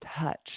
touch